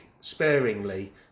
sparingly